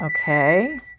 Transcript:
Okay